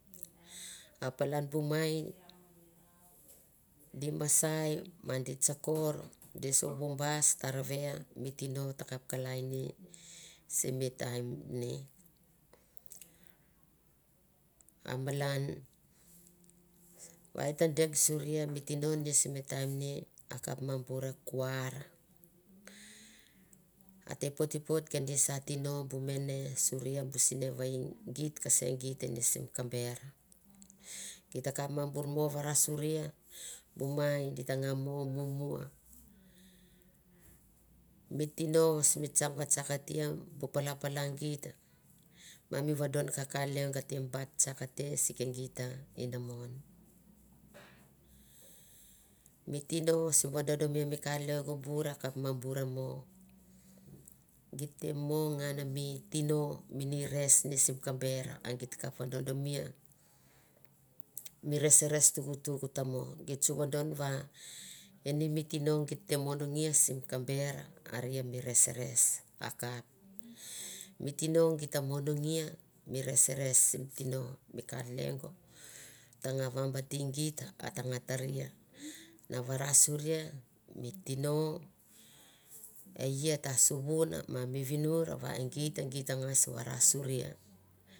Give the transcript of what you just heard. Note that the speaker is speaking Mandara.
A palan bu mai di masai ma di tsakor di suvu bas taravea mi tino ta kap kalai ni simi taim ni. A malan va i ta den suria mi tino misimi taim ni akap ma bure e git kese git ne sim kamber. git ta kap bur mo varasuria bu mai di ta nga mo mumua. M tino vatsakatia bu pala pala gita, ma mi vadon kaka lengo a te bait tsak te si ke gita inamon mi tino simi vadodomi mi ka lengo bure a kap ma bure mo, git te mo ngan mi tino mi nires ni sim kamber a git kap vodonaamia mi reseres tuktuk ta mo, git su vodon va eni mi tino git te monongei mi resres sim tino mi ka lengo ta nga vanibate gita a ta nga takria na varasuria mi tino e ia ta suvun ma mi vinur va e git, git. ta ngas varasura.